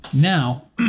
now